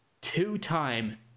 two-time